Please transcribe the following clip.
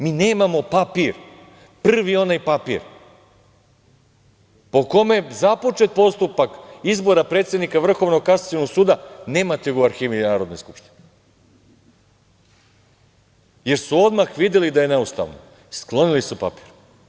Mi nemamo papir, prvi onaj papir, po kome započet postupak izbora predsednika Vrhovnog kasacionog suda, nemate ga u arhivi Narodne skupštine, jer su odmah videli da je neustavno, sklonili su papir.